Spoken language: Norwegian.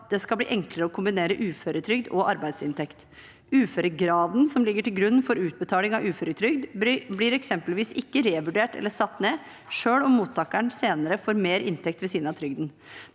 det skal bli enklere å kombinere uføretrygd og arbeidsinntekt. Uføregraden som ligger til grunn for utbetaling av uføretrygd, blir eksempelvis ikke revurdert eller satt ned selv om mottakeren senere får mer inntekt ved siden av trygden.